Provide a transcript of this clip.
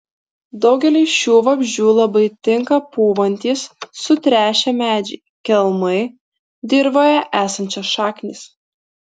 daugeliui šių vabzdžių labai tinka pūvantys sutrešę medžiai kelmai dirvoje esančios šaknys